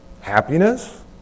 happiness